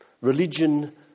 religion